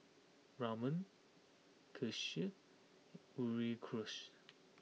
Ramen Kheer and Sauerkraut